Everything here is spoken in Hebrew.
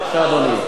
כפר-מנדא.